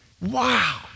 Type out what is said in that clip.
wow